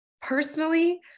personally